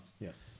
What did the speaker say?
Yes